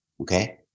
Okay